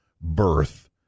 birth